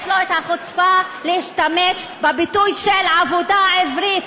יש לו החוצפה להשתמש בביטוי עבודה עברית.